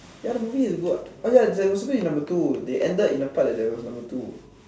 ya the movie is good [what] oh ya there was supposed to be number two they ended in the part that there was number two